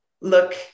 look